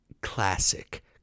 classic